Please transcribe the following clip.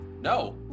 no